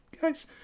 guys